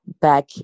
back